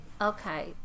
Okay